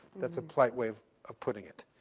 that's polite way of putting it.